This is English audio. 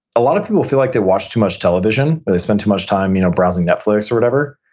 a lot of people feel like they watch too much television or they spend too much time you know browsing netflix or whatever.